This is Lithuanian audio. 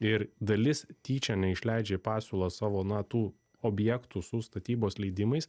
ir dalis tyčia neišleidžia į pasiūlą savo na tų objektų su statybos leidimais